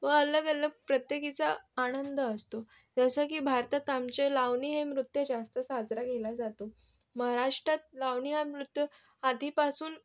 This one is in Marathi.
व अलगअलग प्रत्येकीचा आनंद असतो जसं की भारतात आमच्या लावणी हे नृत्य जास्त साजरा केला जातो महाराष्ट्रात लावणी हा नृत्य आधीपासून